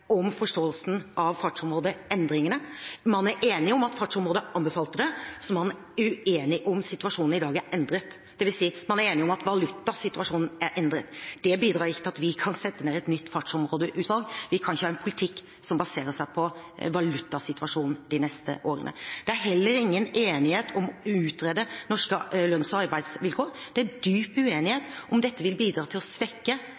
om forståelsen av fartsområdeendringene. Man er enig om at Fartsområdeutvalget anbefalte det, og så er man uenig om hvorvidt situasjonen i dag er endret. Det vil si: Man er enige om at valutasituasjonen er endret. Det bidrar ikke til at vi kan sette ned et nytt fartsområdeutvalg. Vi kan ikke ha en politikk som baserer seg på valutasituasjonen de neste årene. Det er heller ingen enighet om å utrede norske lønns- og arbeidsvilkår. Det er dyp